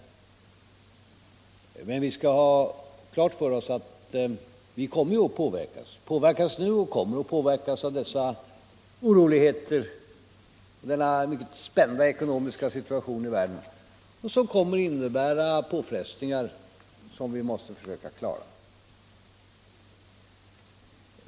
Men vi skall ha klart för oss att vi påverkas och kommer att påverkas av detta oroliga skeende och denna mycket spända ekonomiska situation i världen. Det kommer att innebära påfrestningar som vi måste försöka klara.